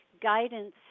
guidance